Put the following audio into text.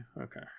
okay